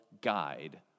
guide